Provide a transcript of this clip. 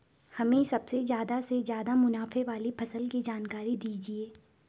हमें सबसे ज़्यादा से ज़्यादा मुनाफे वाली फसल की जानकारी दीजिए